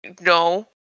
No